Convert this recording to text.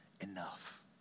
enough